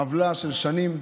עוולה של שנים.